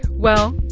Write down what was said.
well,